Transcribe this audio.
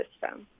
system